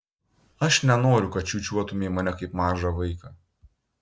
aš nenoriu kad čiūčiuotumei mane kaip mažą vaiką